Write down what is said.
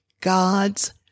God's